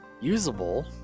usable